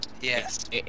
Yes